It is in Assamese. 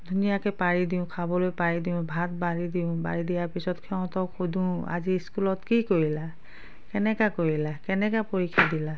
ধুনীয়াকৈ পাৰি দিওঁ খাবলৈ পাৰি দিওঁ ভাত বাঢ়ি দিওঁ বাঢ়ি দিয়াৰ পিছত সিহঁতক সোধোঁ আজি স্কুলত কি কৰিলা কেনেকুৱা কৰিলা কেনেকুৱা পৰীক্ষা দিলা